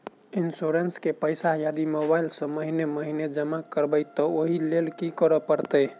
Insurance केँ पैसा यदि मोबाइल सँ महीने महीने जमा करबैई तऽ ओई लैल की करऽ परतै?